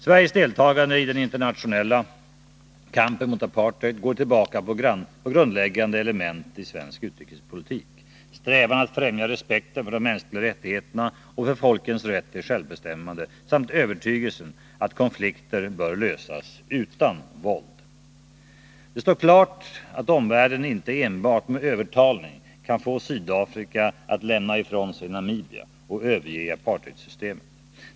Sveriges deltagande i den internationella kampen mot apartheid går tillbaka på grundläggande element i svensk utrikespolitik: strävan att främja respekten för de mänskliga rättigheterna och för folkens rätt till självbestämmande samt övertygelsen att konflikter bör lösas utan våld. Det står klart att omvärlden inte enbart med övertalning kan få Sydafrika att lämna ifrån sig Namibia och överge apartheidsystemet.